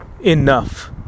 enough